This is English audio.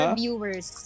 viewers